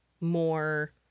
more